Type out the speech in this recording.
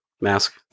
mask